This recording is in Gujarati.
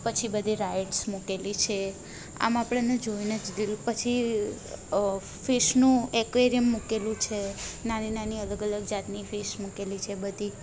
પછી બધી રાઇડ્સ મૂકેલી છે આમ આપણે એને જોઈને જ દિલ પછી ફિશનું એક્વેરિયમ મૂકેલું છે નાની નાની અલગ અલગ જાતની ફિશ મૂકેલી છે બધી